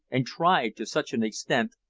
and tried to such an extent,